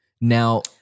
Now